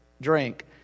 drink